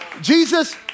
Jesus